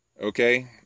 okay